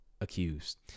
accused